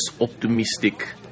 optimistic